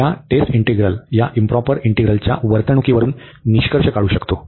आपण या test integral या इंप्रॉपर इंटीग्रलच्या वर्तणुकीवरून निष्कर्ष काढू शकतो